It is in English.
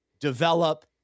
develop